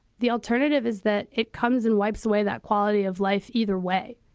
the alternative is that it comes and wipes away that quality of life. either way.